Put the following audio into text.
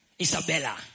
Isabella